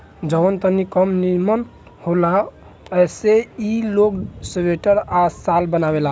जवन तनी कम निमन होला ऐसे ई लोग स्वेटर आ शाल बनावेला